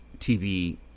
TV